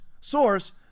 source